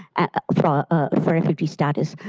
ah for ah ah for refugee status.